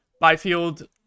Byfield